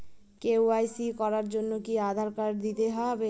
KYC করার জন্য কি আধার কার্ড দিতেই হবে?